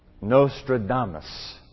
Nostradamus